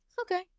okay